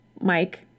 Mike